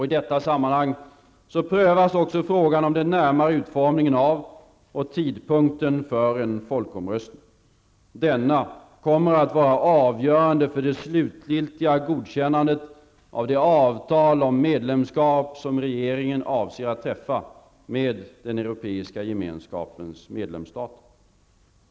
I detta sammanhang prövas också frågan om den närmare utformningen av och tidpunkten för en folkomröstning. Denna kommer att vara avgörande för det slutgiltiga godkännandet av det avtal om medlemskap som regeringen avser att träffa med europeiska gemenskapens medlemsstater.